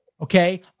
okay